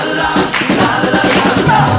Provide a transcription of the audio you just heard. la-la-la-la-la